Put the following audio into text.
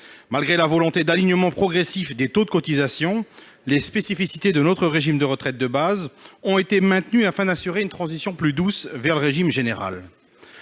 Malgré la volonté d'alignement progressif des taux de cotisations, les spécificités de notre régime de retraite de base ont été maintenues afin d'assurer une transition plus douce vers le régime général.